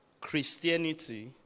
Christianity